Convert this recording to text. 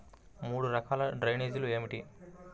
మూడు రకాల డ్రైనేజీలు ఏమిటి?